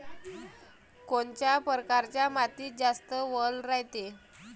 कोनच्या परकारच्या मातीत जास्त वल रायते?